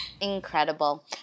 Incredible